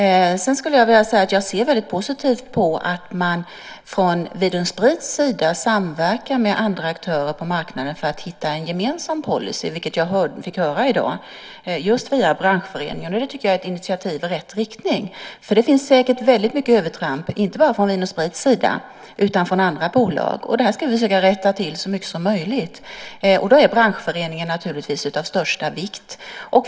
Sedan vill jag säga att jag ser väldigt positivt på att man från Vin & Sprit samverkar med andra aktörer på marknaden för att hitta en gemensam policy, vilket jag fick höra i dag via branschföreningen. Det är ett initiativ i rätt riktning. Det förekommer säkert väldigt många övertramp, inte bara från Vin & Sprit utan från andra bolag. Det här ska vi försöka att rätta till så mycket som möjligt. Då är branschföreningen naturligtvis av största vikt.